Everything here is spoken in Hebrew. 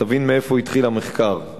תבין מאיפה התחיל המחקר,